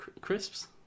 crisps